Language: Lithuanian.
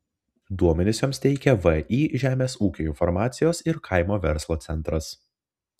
duomenis joms teikia vį žemės ūkio informacijos ir kaimo verslo centras